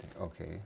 Okay